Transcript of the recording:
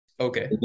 Okay